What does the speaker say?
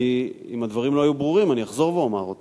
אם הדברים לא היו ברורים אני אחזור ואומר אותם.